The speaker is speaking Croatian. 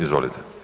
Izvolite.